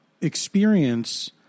experience